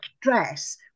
dress